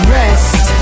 rest